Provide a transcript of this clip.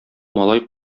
малай